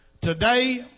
Today